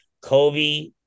Kobe